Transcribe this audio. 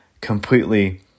completely